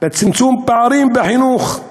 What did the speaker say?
בצמצום פערים בחינוך.